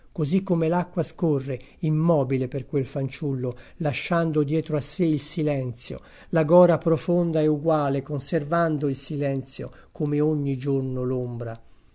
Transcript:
così come l'acqua scorre immobile per quel fanciullo lasciando dietro a sé il silenzio la gora profonda e uguale conservando il silenzio come ogni giorno l'ombra